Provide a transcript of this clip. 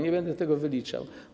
Nie będę tego wyliczał.